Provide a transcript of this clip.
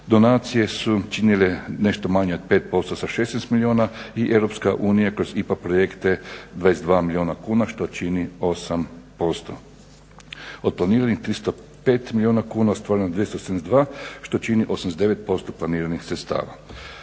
Donacije su činile nešto manje od 5% sa 16 milijuna i EU kroz IPA projekte 22 milijuna kuna što čini 8%. Od planiranih 305 milijuna kuna ostvareno je 272 što čini 89% planiranih sredstava.